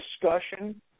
discussion